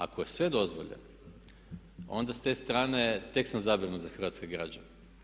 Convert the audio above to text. Ako je sve dozvoljeno, onda s te strane tek sam zabrinut za hrvatske građane.